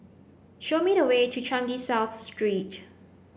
show me the way to Changi South Street